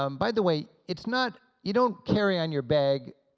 um by the way, it's not you don't carry on your bag,